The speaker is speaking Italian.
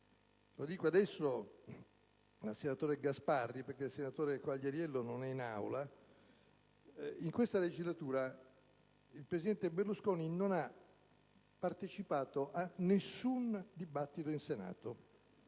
Lo dico adesso al senatore Gasparri, perché il senatore Quagliariello non è in Aula: in questa legislatura il presidente Berlusconi non ha partecipato a nessun dibattito in Senato,